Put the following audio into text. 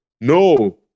No